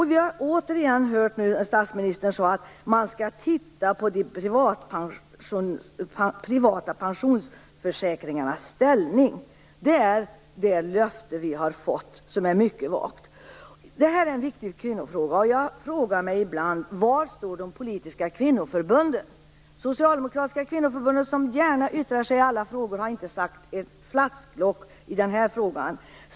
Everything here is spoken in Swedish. Vi har återigen hört statsrådet säga att regeringen skall se över de privata pensionsförsäkringarnas ställning. Det är det löftet vi har fått - som är mycket vagt. Detta är en viktig kvinnofråga. Var står de politiska kvinnoförbunden? Det socialdemokratiska kvinnoförbundet som gärna yttrar sig i alla frågor har inte sagt flasklock i denna fråga.